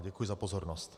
Děkuji za pozornost.